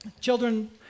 children